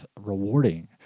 rewarding